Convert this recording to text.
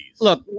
Look